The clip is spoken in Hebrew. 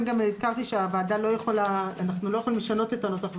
גם הזכרתי שאנחנו לא יכולים לשנות את הנוסח.